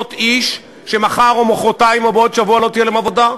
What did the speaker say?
איש שמחר או מחרתיים או בעוד שבוע לא תהיה להם עבודה?